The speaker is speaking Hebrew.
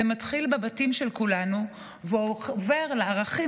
זה מתחיל בבתים של כולנו ועובר לערכים